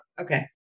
Okay